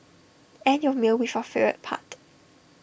end your meal with your favourite part